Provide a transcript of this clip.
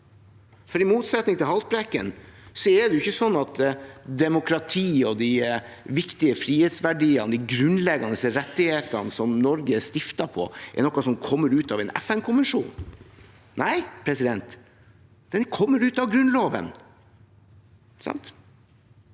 for i motsetning til det Haltbrekken sier, er det ikke slik at demokrati og de viktige frihetsverdiene, de grunnleggende rettighetene som Norge er tuftet på, er noe som kommer fra en FN-konvensjon. Nei, de kommer fra Grunnloven.